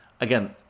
again